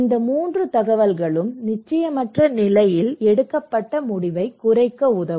இந்த 3 தகவல்களும் நிச்சயமற்ற நிலையில் எடுக்கப்பட்ட முடிவைக் குறைக்க உதவும்